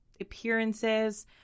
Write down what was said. appearances